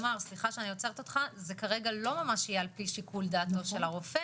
זה כרגע לא יהיה ממש לפי שיקול דעת הרופא,